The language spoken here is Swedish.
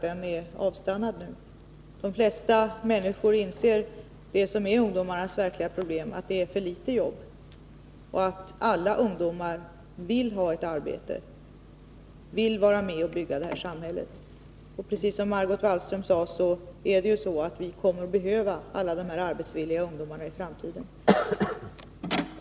De flesta människor inser det som är ungdomarnas verkliga problem — att det finns för litet jobb — och att alla ungdomar vill ha ett arbete, vill vara med och bygga det här samhället. Och precis som Margot Wallström sade kommer vi att behöva alla de här arbetsvilliga ungdomarna i framtiden.